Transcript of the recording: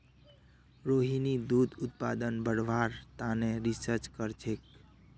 रोहिणी दूध उत्पादन बढ़व्वार तने रिसर्च करछेक